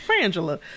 Frangela